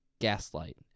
Gaslight